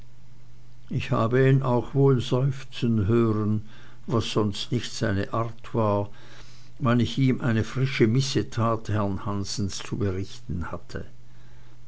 ich habe ihn auch wohl seufzen hören was sonst nicht seine art war wenn ich ihm eine frische missetat herrn hansens zu berichten hatte